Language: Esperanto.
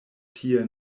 tie